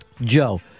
Joe